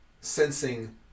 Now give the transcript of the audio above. sensing